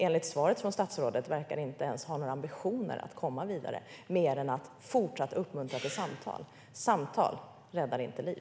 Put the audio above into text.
Enligt svaret från statsrådet verkar regeringen inte ens ha några ambitioner att komma vidare mer än att man fortsatt ska uppmuntra till samtal. Samtal räddar inte liv.